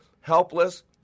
Helpless